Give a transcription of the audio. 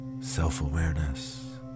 self-awareness